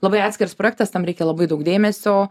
labai atskiras projektas tam reikia labai daug dėmesio